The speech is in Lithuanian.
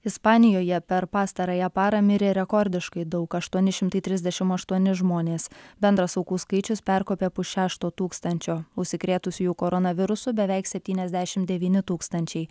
ispanijoje per pastarąją parą mirė rekordiškai daug aštuoni šimtai trisdešimt aštuoni žmonės bendras aukų skaičius perkopė pusšešto tūkstančio užsikrėtusiųjų koronavirusu beveik septyniasdešimt devyni tūkstančiai